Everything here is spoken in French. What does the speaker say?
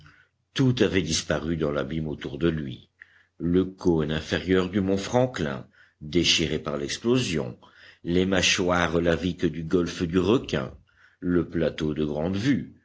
tout avait disparu dans l'abîme autour de lui le cône inférieur du mont franklin déchiré par l'explosion les mâchoires laviques du golfe du requin le plateau de